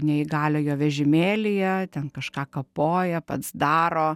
neįgaliojo vežimėlyje ten kažką kapoja pats daro